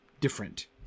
different